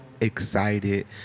excited